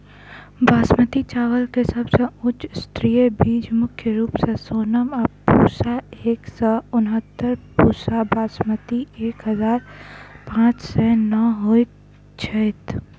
बासमती चावल केँ सबसँ उच्च स्तरीय बीज मुख्य रूप सँ सोनम आ पूसा एक सै उनहत्तर, पूसा बासमती एक हजार पांच सै नो होए छैथ?